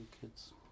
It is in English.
kids